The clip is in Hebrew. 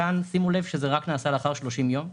כאן שימו לב שזה נעשה רק לאחר 30 ימים,